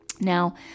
Now